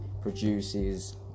produces